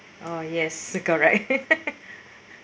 oh yes correct